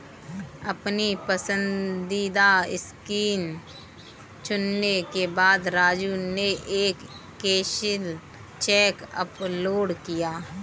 अपनी पसंदीदा स्कीम चुनने के बाद राजू ने एक कैंसिल चेक अपलोड किया